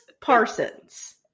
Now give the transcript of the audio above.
Parsons